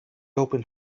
open